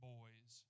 Boys